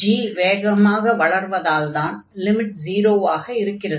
g வேகமாக வளர்வதால்தான் limit 0 ஆக இருக்கிறது